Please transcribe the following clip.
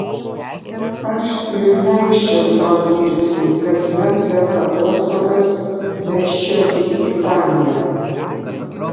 aš ir leisčiau tau dirbti kasmet per atostogas vežčiau į italiją